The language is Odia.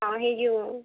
ହଁ ହେଇଯିବ